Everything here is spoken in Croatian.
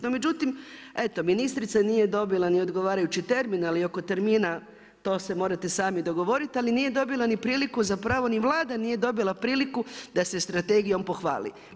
No međutim, eto ministrica nije dobila nije odgovarajući termin ali oko termina to se morate sami dogovoriti, ali nije dobila ni priliku zapravo ni Vlada nije dobila priliku da se strategijom pohvali.